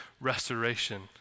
restoration